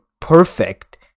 perfect